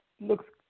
looks